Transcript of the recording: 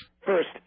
First